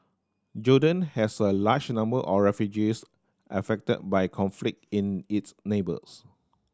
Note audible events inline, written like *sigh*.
Jordan has a large number *unintelligible* refugees affected by conflict in its neighbours